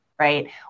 right